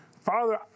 Father